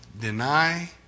Deny